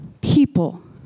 people